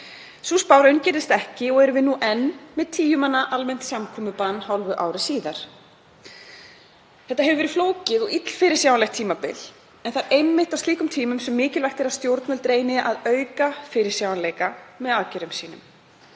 Sú spá raungerðist ekki og erum við enn með tíu manna almennt samgöngubann hálfu ári síðar. Þetta hefur verið flókið og illfyrirsjáanlegt tímabil en það er einmitt á slíkum tímum sem mikilvægt er að stjórnvöld reyni að auka fyrirsjáanleika með aðgerðum sínum.